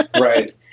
Right